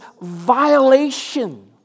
violation